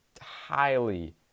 highly